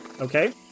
okay